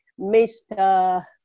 Mr